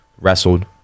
wrestled